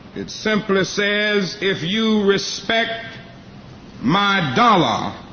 it simply says, if you respect my dollar,